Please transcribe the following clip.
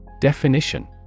Definition